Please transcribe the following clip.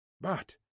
But